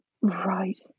right